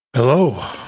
Hello